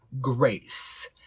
grace